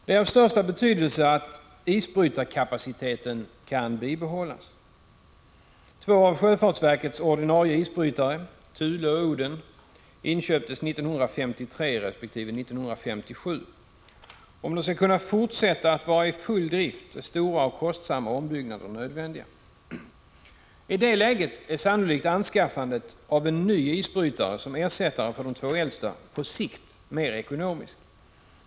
Det är av största betydelse att isbrytarkapaciteten kan bibehållas. Två av sjöfartsverkets ordinarie isbrytare, Thule och Oden, inköptes 1953 resp. 1957. Om de skall kunna fortsätta att vara i full drift är stora och kostsamma ombyggnader nödvändiga. I det läget är sannolikt anskaffandet av en ny isbrytare, som ersättare för de två äldsta, på sikt mer ekonomiskt.